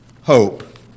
hope